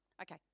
okay